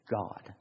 God